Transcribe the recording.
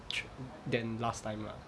than last time ah